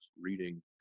reading